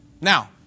Now